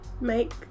make